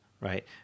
right